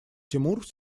тимур